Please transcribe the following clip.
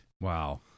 Wow